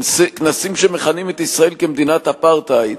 כנסים שמכנים את ישראל כמדינת אפרטהייד,